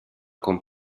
con